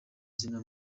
izina